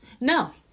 no